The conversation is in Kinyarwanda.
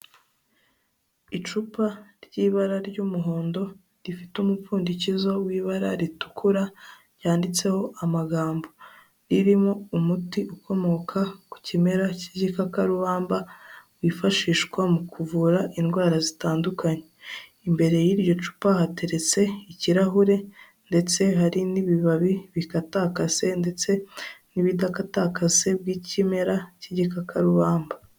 Icupa ry'ibara ry'umuhondo rifite umupfundikizo w'ibara ritukura ryanditseho amagambo. Ririho umuti ukomoka ku kimera cy'igikakarubamba wifashishwa mu kuvura indwara zitandukanye. Imbere y'iryo cupa hateretse ikirahure, ndetse hari n'ibibabi bikatakase ndetse n'ibidakatakase by'ikimera cy'igikakarubamba.